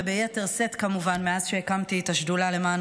וביתר שאת כמובן מאז שהקמתי את השדולה למען